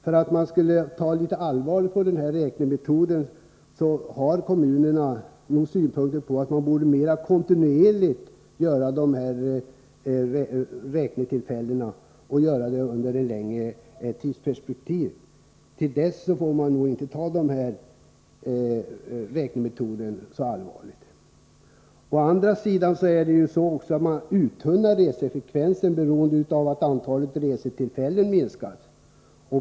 Kommunerna har nog den synpunkten att dessa räkningar borde göras mer kontinuerligt och under en längre tid för att man skall ta allvarligt på denna räknemetod. Dessutom tunnas resefrekvensen ut beroende på att antalet resetillfällen minskas.